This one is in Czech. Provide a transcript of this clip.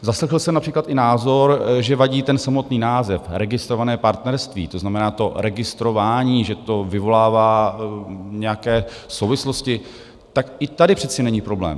Zaslechl jsem například i názor, že vadí samotný název registrované partnerství, to znamená, to registrování, že to vyvolává nějaké souvislosti tak i tady přece není problém.